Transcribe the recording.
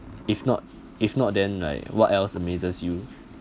if not if not then like what else amazes you